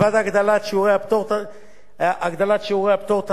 הגדלת שיעורי הפטור תתחיל כבר בשנת 2012,